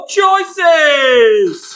Choices